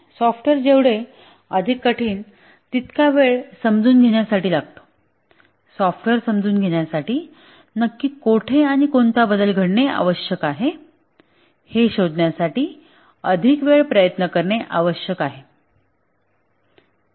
software जेवढे अधिक कठीण तितका अधिक वेळ समजून घेण्यासाठी लागतो सॉफ्टवेअर समजून घेण्यासाठी नक्की कोठे आणि कोणता बदल घडणे आवश्यक आहे हे शोधण्यासाठी अधिक वेळ प्रयत्न करणे आवश्यक आहे